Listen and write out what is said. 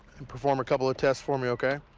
and perform a couple of tests for me, ok?